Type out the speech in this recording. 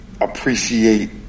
appreciate